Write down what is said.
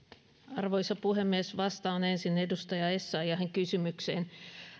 arvoisa puhemies vastaan ensin edustaja essayahin kysymykseen